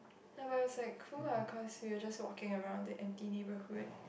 ya but it's like cool lah cause we were just walking around the empty neighbourhood